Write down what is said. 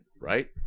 right